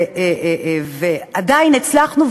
ועדיין הצלחנו.